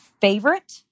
favorite